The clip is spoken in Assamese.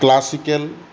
ক্লাছিকেল